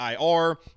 IR